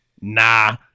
nah